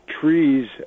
trees